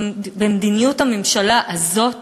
במדיניות הממשלה הזאת